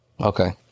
okay